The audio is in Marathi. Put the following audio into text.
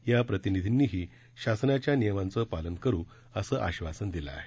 या प्रतिनिधींनीही शासनाच्या नियमांचं पालन करु असं आश्वासन दिलं आहे